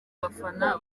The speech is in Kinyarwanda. bafana